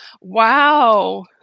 Wow